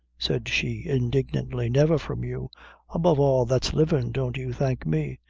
said she, indignantly, never from you above all that's livin' don't you thank me.